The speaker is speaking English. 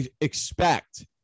expect